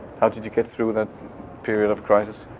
how did you get through that period of crisis?